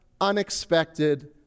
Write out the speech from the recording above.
unexpected